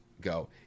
go